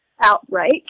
outbreak